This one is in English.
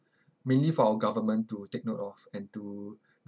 mainly for our government to take note of and to